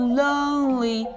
lonely